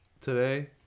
today